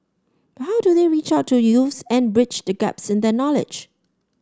but how do they reach out to youths and bridge the gaps in their knowledge